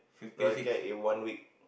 Royal Care in one week